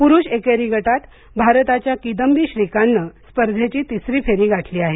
पुरुष एकेरी गटात भारताच्या किदंबी श्रीकांतने स्पर्धेची तिसरी फेरी गाठली आहे